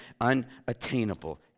unattainable